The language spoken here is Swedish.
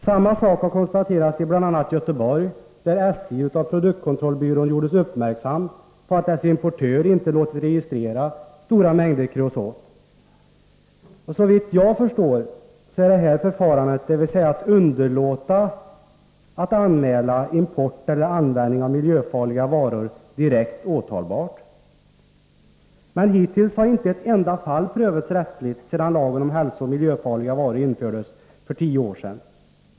Samma sak har konstaterats i bl.a. Göteborg, där SJ av produktkontrollbyrån gjorts uppmärksamt på att dess importör inte låtit registrera stora mängder kreosot. Såvitt jag förstår är detta förfarande, dvs. att man underlåter att anmäla import eller användning av miljöfarliga varor, direkt åtalbart. Men hittills har inte ett enda fall prövats rättsligt sedan lagen om hälsooch miljöfarliga varor infördes för tio år sedan.